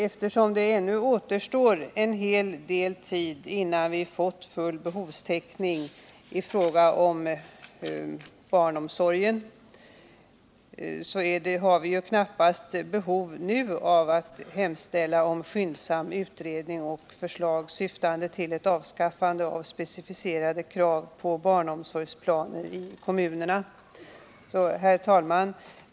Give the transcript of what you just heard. Eftersom det ännu dröjer ganska lång tid innan vi har fått full behovstäckning i fråga om barnomsorgen så har vi knappast nu behov av att hemställa om skyndsam utredning och förslag syftande till ett avskaffande av nuvarande specificerade krav på barnomsorgsplaner i kommunerna. Herr talman!